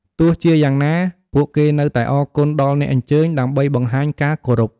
ទោះជាយ៉ាងណា ពួកគេនៅតែអរគុណដល់អ្នកអញ្ជើញដើម្បីបង្ហាញការគោរព។